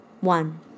One